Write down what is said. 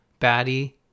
baddie